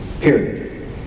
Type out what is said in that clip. Period